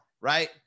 right